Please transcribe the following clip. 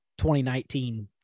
2019